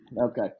Okay